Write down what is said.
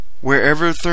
Wherever